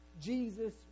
Jesus